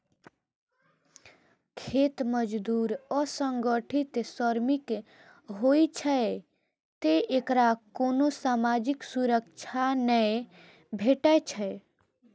खेत मजदूर असंगठित श्रमिक होइ छै, तें एकरा कोनो सामाजिक सुरक्षा नै भेटै छै